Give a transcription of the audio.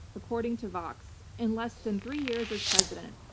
according to vox, in less than three years as president,